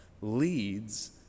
leads